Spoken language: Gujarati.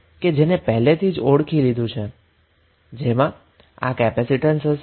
તમે પહેલેથી જ ઓળખી લીધું છે કે આ કેપેસીટન્સ હશે